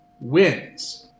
wins